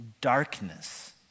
darkness